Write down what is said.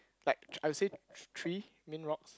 like I would say three main rocks